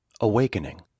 AWAKENING